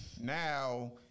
Now